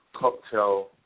cocktail